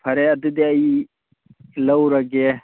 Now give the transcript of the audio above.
ꯐꯔꯦ ꯑꯗꯨꯗꯤ ꯑꯩ ꯂꯧꯔꯒꯦ